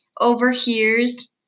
overhears